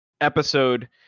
episode